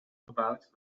gebouwd